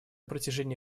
протяжении